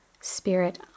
Spirit